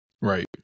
Right